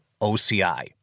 OCI